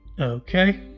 okay